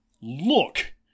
look